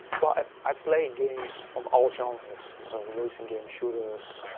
but i play games from all genres, so racing games, shooters,